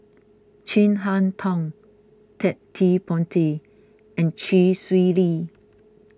Chin Harn Tong Ted De Ponti and Chee Swee Lee